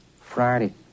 Friday